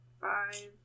Five